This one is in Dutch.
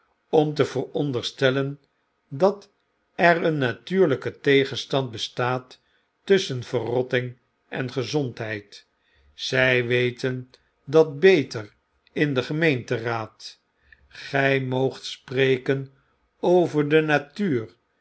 om te veronderstellen dat er een natuurljke tegenstand bestaat tusschen verrotting en gezondheid zij weten dat beter in den gemeenteraad gy moogt spreken over de natuur